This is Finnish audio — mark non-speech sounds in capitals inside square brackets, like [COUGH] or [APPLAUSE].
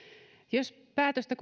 jos päätöstä [UNINTELLIGIBLE]